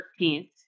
13th